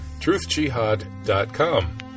truthjihad.com